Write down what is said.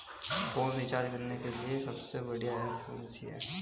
Phone recharge करने के लिए सबसे बढ़िया ऐप कौन सी है?